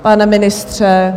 Pane ministře...